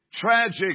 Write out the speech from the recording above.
tragic